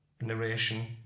narration